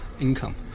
income